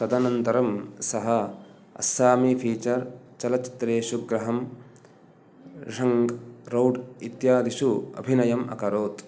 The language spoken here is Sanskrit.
तदनन्तरं सः अस्सामी फ़ीचर् चलच्चित्रेषु ग्रहणम् ऋषङग् रौड् इत्यादिषु अभिनयम् अकरोत्